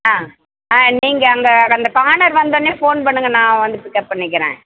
ஆ ஆ நீங்கள் அங்கே அந்த கார்னர் வந்தொடனே ஃபோன் பண்ணுங்க நான் வந்து பிக்அப் பண்ணிக்கிறேன்